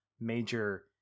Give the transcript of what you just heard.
major